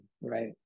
right